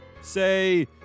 say